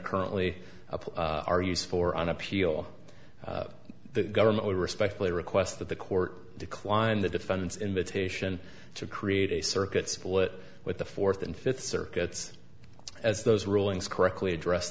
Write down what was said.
currently appeal our use for an appeal the government would respectfully request that the court declined the defendant's invitation to create a circuit split with the fourth and fifth circuits as those rulings correctly address